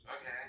Okay